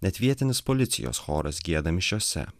net vietinis policijos choras gieda mišiose